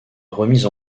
remise